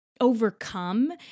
overcome